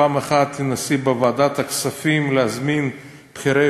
פעם אחת תנסי בוועדת הכספים להזמין את בכירי